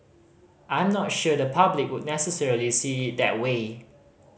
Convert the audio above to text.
I'm not sure the public would necessarily see it that way